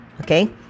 Okay